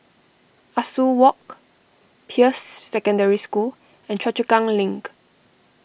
Ah Soo Walk Peirce Secondary School and Choa Chu Kang Link